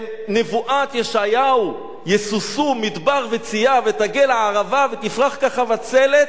נבואת ישעיהו "ישֻשום מדבר וציה ותגל ערבה ותפרח כחבצלת"